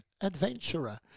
adventurer